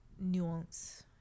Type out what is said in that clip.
nuance